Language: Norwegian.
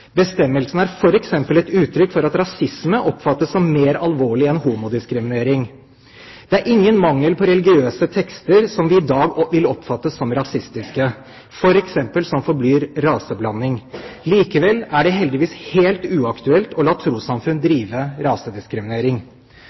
Bestemmelsen er f.eks. et uttrykk for at rasisme oppfattes som mer alvorlig enn homodiskriminering. Det er ingen mangel på religiøse tekster som vi i dag vil oppfatte som rasistiske, som f.eks. forbyr raseblanding. Likevel er det heldigvis helt uaktuelt å la trossamfunn drive med rasediskriminering.